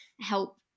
help